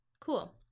Cool